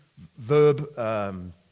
verb